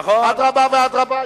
אדרבה ואדרבה,